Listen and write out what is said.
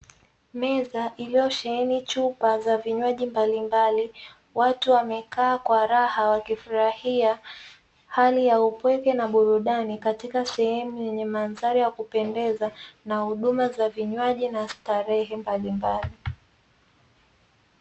Meza iliyosheheni chupa za vinywaji mbalimbali, watu wamekaa kwa raha wakifurahia hali ya upweke na burudani katika sehemu yenye mandhari ya kupendeza na huduma za vinywaji na starehe mbalimbali.